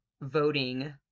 voting